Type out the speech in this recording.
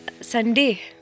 Sunday